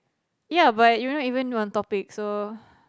ya but you're not even on topic so